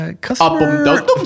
Customer